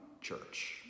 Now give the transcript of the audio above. church